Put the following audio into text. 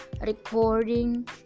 recording